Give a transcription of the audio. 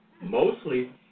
mostly